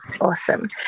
awesome